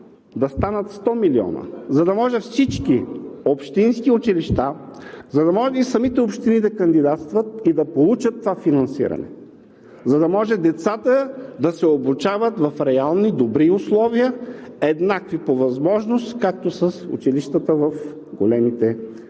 да станат 100 млн. лв., за да може всички общински училища, за да може самите общини да кандидатстват и да получат това финансиране, за да може децата да се обучават в реални добри условия, еднакви по възможност, както с училищата в големите